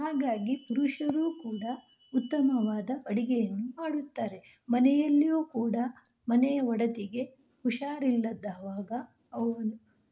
ಹಾಗಾಗಿ ಪುರುಷರೂ ಕೂಡ ಉತ್ತಮವಾದ ಅಡಿಗೆಯನ್ನು ಮಾಡುತ್ತಾರೆ ಮನೆಯಲ್ಲಿಯೂ ಕೂಡ ಮನೆಯ ಒಡತಿಗೆ ಹುಷಾರಿಲ್ಲದವಾಗ ಅವನು